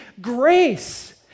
grace